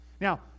Now